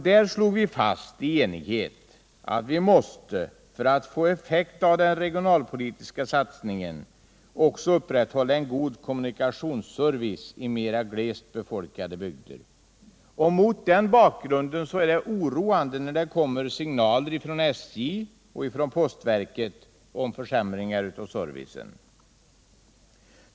Där slog vi i enighet fast att vi för att få effekt av den regionalpolitiska satsningen också måste upprätthålla en god kommunikationsservice i mera glest befolkade bygder. Mot den bakgrunden är det oroande när det kommer signaler från SJ och postverket om försämringar av servicen.